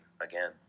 again